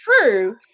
True